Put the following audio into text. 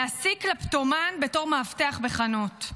להעסיק קלפטומן בתור מאבטח בחנות,